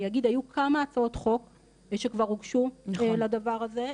אני אגיד, היו כמה הצעות חוק שכבר הוגשו לדבר הזה.